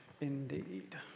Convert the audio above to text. indeed